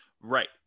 Right